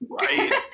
Right